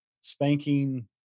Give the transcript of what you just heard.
spanking